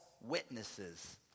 witnesses